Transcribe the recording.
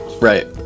Right